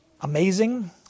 amazing